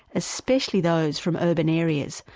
especially those from urban areas,